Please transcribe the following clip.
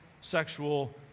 sexual